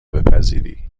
بپذیری